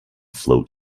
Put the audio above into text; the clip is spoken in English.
float